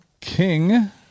King